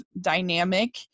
dynamic